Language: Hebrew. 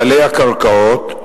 בעלי הקרקעות,